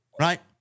right